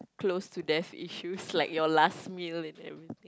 close to death issues like your last meal and everything